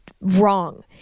wrong